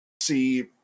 See